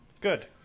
good